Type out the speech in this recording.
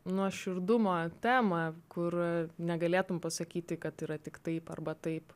nuoširdumo temą kur negalėtum pasakyti kad yra tik taip arba taip